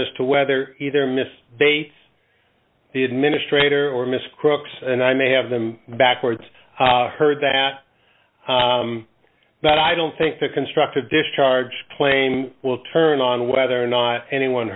as to whether either miss bates the administrator or miss crooks and i may have them backwards heard that but i don't think the constructive discharge claim will turn on whether or not anyone